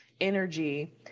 energy